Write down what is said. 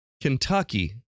Kentucky